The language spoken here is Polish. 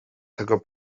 tego